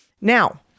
Now